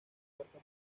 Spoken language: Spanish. cuarta